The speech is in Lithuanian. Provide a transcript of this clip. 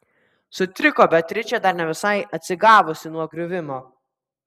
sutriko beatričė dar ne visai atsigavusi nuo griuvimo